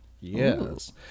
Yes